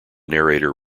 narrator